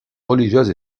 religieuse